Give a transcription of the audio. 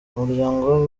umuryango